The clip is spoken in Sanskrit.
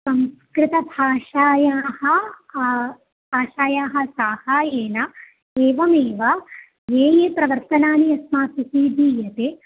संस्कृतभाषायाः भाषायाः सहाय्येन एवमेव ये ये प्रवर्तनानि अस्माभिः दीयते